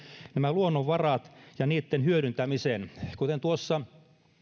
luonnonvarat ja niitten hyödyntämisen kuten tuossa